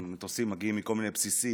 מטוסים מגיעים מכל מיני בסיסים,